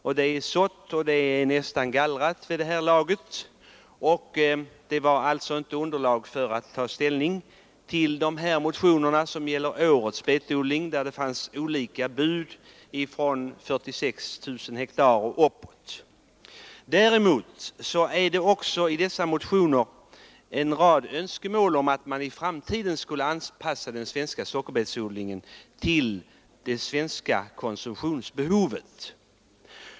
Denna areal har nu redan besåtts och är vid det här laget också nästan färdiggallrad. Det har därför inte funnits möjlighet att ta reell ställning till de nämnda motionerna, där det framförs förslag till utökning av årets sockerbetsareal. Buden varierar från 48 000 hektar och uppåt. Det framställs emellertid också i dessa motioner en rad önskemål om att den svenska sockerbetsodlingen i framtiden skall anpassas till det svenska konsumtionsbehovet.